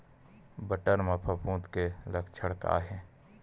बटर म फफूंद के लक्षण का हे?